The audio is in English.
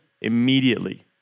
immediately